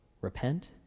repent